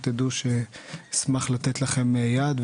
שאשמח לתת לכם יד,